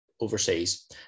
overseas